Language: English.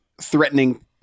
threatening